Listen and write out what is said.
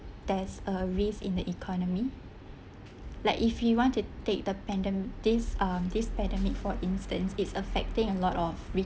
there's a risk in the economy like if you want to take the pandem~ this um this pandemic for instance it's affecting a lot of